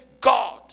god